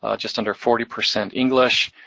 ah just under forty percent english.